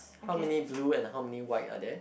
how many blue and how many white are there